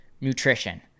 nutrition